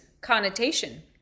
connotation